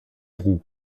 roues